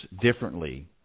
differently